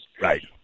Right